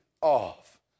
off